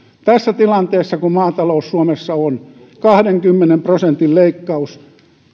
tässä tilanteessa missä maatalous suomessa on kahdenkymmenen prosentin leikkaus